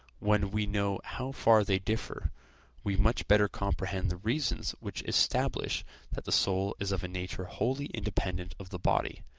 when we know how far they differ we much better comprehend the reasons which establish that the soul is of a nature wholly independent of the body,